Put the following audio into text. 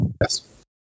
Yes